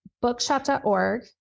bookshop.org